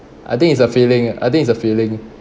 I think it's a feeling I think it's a feeling